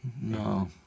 No